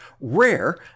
rare